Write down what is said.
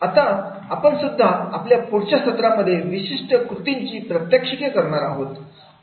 आता आपण सुद्धा आपल्या पुढच्या सत्रामध्ये विशिष्ट कृतींची प्रात्याक्षिके करणार आहोत